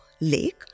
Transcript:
lake